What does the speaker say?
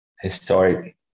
historic